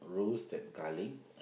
roast that garlic